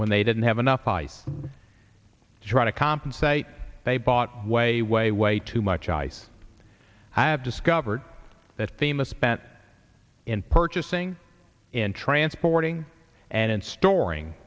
when they didn't have enough ice to try to compensate they bought way way way too much ice have discovered that famous spent in purchasing and transporting and storing